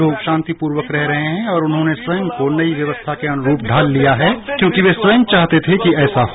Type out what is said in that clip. लोग शांतिपूर्वक रह रहे हैं और उन्होंने स्वयं को नई व्यवस्थाओं के अनुरूप ढाल लिया है क्योंकि वे स्वयं चाहते थे कि ऐसा हो